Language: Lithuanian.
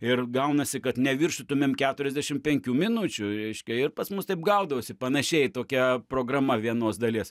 ir gaunasi kad neviršytumėm keturiasdešim penkių minučių reiškia ir pas mus taip gaudavosi panašiai tokia programa vienos dalies